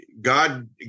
God